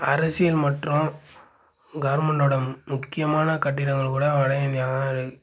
அரசியல் மற்றும் கவர்மண்ட்டோட முக்கியமான கட்டிடங்கள் கூட வடஇந்தியாவில் தான் இருக்குது